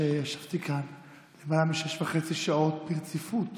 כשישבתי כאן זה היה למעלה משש וחצי שעות ברציפות